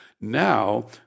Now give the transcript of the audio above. now